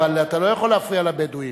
אבל אתה לא יכול להפריע לבדואים,